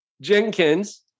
Jenkins